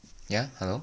ya hello